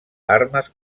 armes